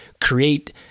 create